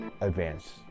advance